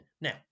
Now